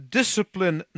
discipline